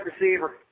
receiver